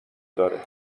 داره